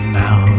now